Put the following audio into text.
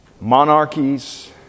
monarchies